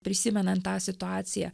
prisimenant tą situaciją